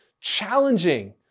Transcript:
challenging